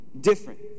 different